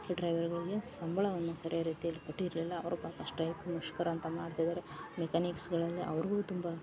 ಡ್ರೈವರ್ಗಳಿಗೆ ಸಂಬಳವನ್ನು ಸರಿಯ ರೀತಿಯಲ್ಲಿ ಕೊಟ್ಟಿರಲಿಲ್ಲ ಅವರು ಪಾಪ ಸ್ಟೈಕ್ ಮುಷ್ಕರ ಅಂತ ಮಾಡ್ತಿದಾರೆ ಮೆಕಾನಿಕ್ಸ್ಗಳಲ್ಲಿ ಅವರು ತುಂಬ